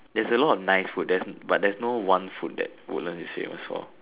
there's a lot of nice food there's but there's no one food that woodlands is famous for